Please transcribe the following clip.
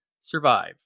survive